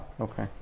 Okay